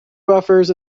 buffers